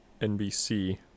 nbc